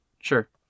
Sure